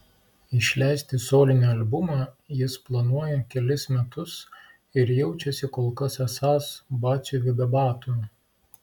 išleisti solinį albumą jis planuoja kelis metus ir jaučiasi kol kas esąs batsiuviu be batų